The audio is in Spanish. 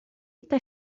esta